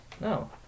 No